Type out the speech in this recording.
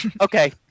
Okay